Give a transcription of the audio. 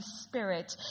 Spirit